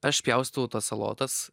aš pjaustau tas salotas